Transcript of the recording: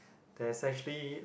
there's actually